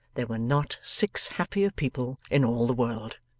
there were not six happier people in all the world.